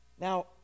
Now